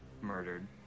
murdered